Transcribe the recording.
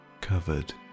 covered